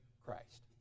Christ